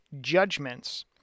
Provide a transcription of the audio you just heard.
judgments